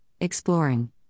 exploring